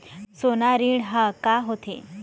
सोना ऋण हा का होते?